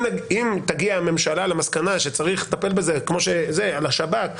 אם תגיע הממשלה למסקנה שצריך לטפל בזה כמו השב"כ,